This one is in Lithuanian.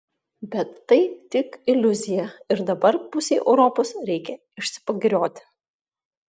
bet tai tik iliuzija ir dabar pusei europos reikia išsipagirioti